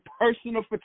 personal